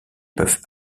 peuvent